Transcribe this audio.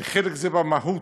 וחלק הוא המהות: